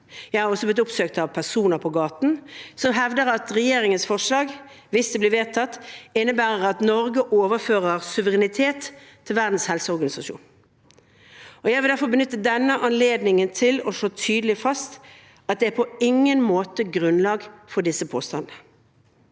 Jeg har også blitt oppsøkt av personer på gaten som hevder at regjeringens forslag, hvis det blir vedtatt, innebærer at Norge overfører suverenitet til Verdens helseorganisasjon. Jeg vil derfor benytte denne anledningen til å slå tydelig fast at det på ingen måte er grunnlag for disse påstandene.